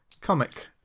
comic